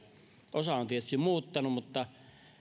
osa on tietysti muuttanut mutta